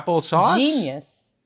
genius